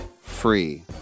free